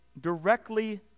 directly